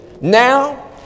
now